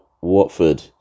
Watford